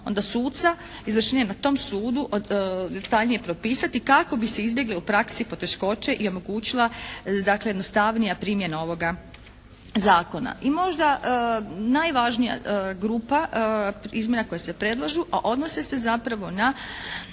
onda suca izvršenje na tom sudu detaljnije propisati kako bi se izbjegle u praksi poteškoće i omogućila dakle jednostavnija primjena ovoga Zakona. I možda najvažnija grupa izmjena koja se predlažu, a odnose se zapravo na